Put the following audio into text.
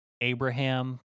Abraham